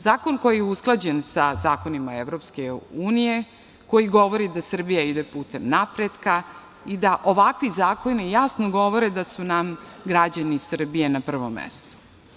Zakon koji je usklađen sa zakonima Evropske unije, koji govori da Srbija ide putem napretka i da ovakvi zakoni jasno govore da su nam građani Srbije na prvom mestu.